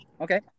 Okay